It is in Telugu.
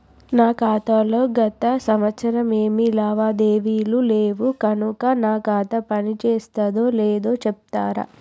నా ఖాతా లో గత సంవత్సరం ఏమి లావాదేవీలు లేవు కనుక నా ఖాతా పని చేస్తుందో లేదో చెప్తరా?